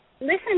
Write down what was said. Listen